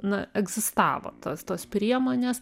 na egzistavo tas tos priemonės